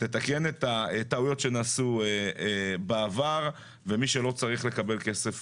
תתקן את הטעויות שנעשו בעבר ומי שלא צריך לקבל כסף